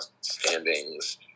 Standings